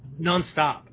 nonstop